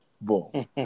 Boom